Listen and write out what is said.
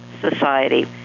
society